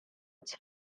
its